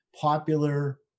popular